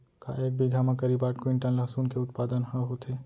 का एक बीघा म करीब आठ क्विंटल लहसुन के उत्पादन ह होथे?